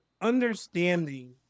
understanding